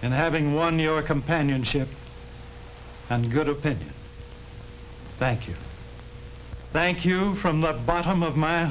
and having won your companionship and good opinion thank you thank you from the bottom of my